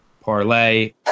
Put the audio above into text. parlay